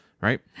right